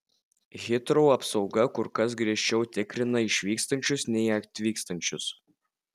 hitrou apsauga kur kas griežčiau tikrina išvykstančius nei atvykstančius